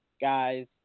guys